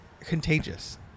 contagious